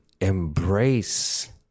Embrace